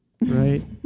right